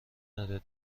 نداری